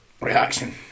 reaction